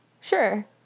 Sure